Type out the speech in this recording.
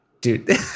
dude